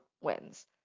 wins